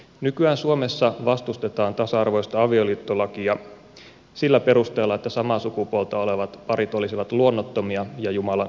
nykyään suomessa vastustetaan tasa arvoista avioliittolakia sillä perusteella että samaa sukupuolta olevat parit olisivat luonnottomia ja jumalan tahdon vastaisia